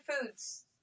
foods